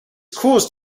caused